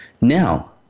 Now